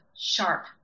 sharp